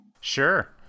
Sure